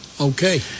Okay